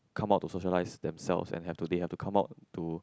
come out to socialise themselves and have to they have to come out to